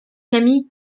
camille